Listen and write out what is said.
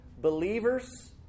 believers